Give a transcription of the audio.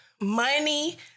money